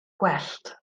gwellt